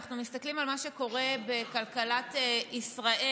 אנחנו מסתכלים על מה שקורה בכלכלת ישראל